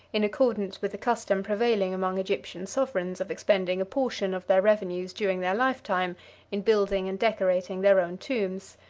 in accordance with a custom prevailing among egyptian sovereigns, of expending a portion of their revenues during their life-time in building and decorating their own tombs.